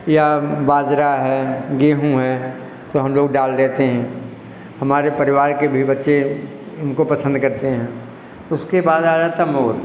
या बाजरा है गेहूँ हैं तो हम लोग डाल देते हैं हमारे परिवार के बच्चे उनको पसंद करते हैं उसके बाद आ जाता है मोर